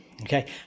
okay